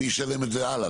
הוא ישלם את זה הלאה.